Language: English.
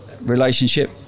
relationship